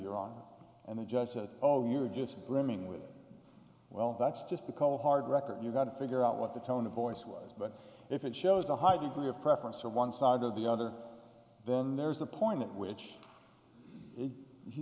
you're wrong and the judge said oh you're just brimming with well that's just the cold hard record you've got to figure out what the tone of voice was but if it shows a high degree of preference for one side or the other then there's a point at which